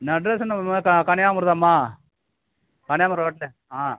address என்னம்மா கன்னியாகுமரிதான்மா கன்னியாகுமரி ரோட்டில் ஆ